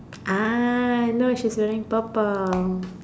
ah no she's wearing purple